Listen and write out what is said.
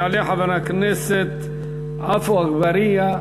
יעלה חבר הכנסת עפו אגבאריה,